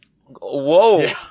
Whoa